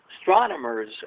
astronomers